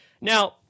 Now